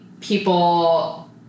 people